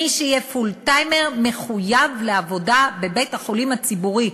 מי שיהיה פול-טיימר מחויב לעבודה בבית-החולים הציבורי.